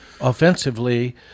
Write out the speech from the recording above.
offensively